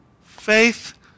faith